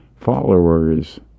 Followers